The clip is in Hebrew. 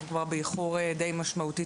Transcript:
ואנחנו כבר באיחור די משמעותי.